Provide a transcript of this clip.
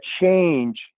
change